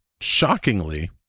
shockingly